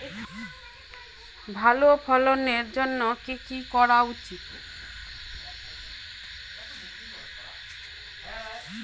ভালো ফলনের জন্য কি কি করা উচিৎ?